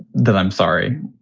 that i'm sorry?